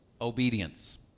obedience